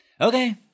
Okay